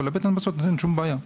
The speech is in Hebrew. אבל לבטן המטוס אין שום בעיה.